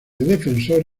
defensor